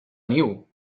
niu